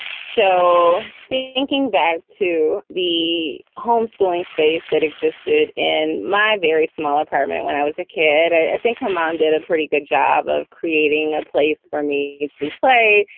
so thinking back to the home schooling space that existed in my very small apartment when i was a kid, i think my mom did a pretty good job of creating a place for me to play,